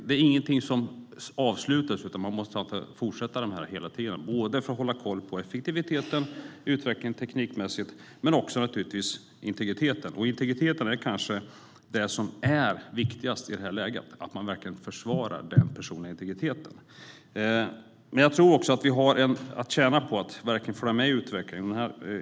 Det är ingenting som avslutas, utan man måste fortsätta hela tiden för att hålla koll på effektiviteten och den teknikmässiga utvecklingen men också naturligtvis integriteten. Det som kanske är viktigast i det här läget är att man försvarar den personliga integriteten. Men vi har också att tjäna på att följa med i utvecklingen.